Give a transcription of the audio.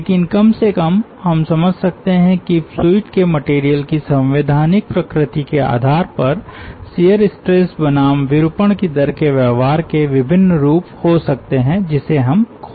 लेकिन कम से कम हम समझ सकते हैं कि फ्लूइड के मटेरियल की संवैधानिक प्रकृति के आधार पर शियर स्ट्रेस बनाम विरूपण की दर के व्यवहार के विभिन्न रूप हो सकते है जिसे हम खोज रहे हैं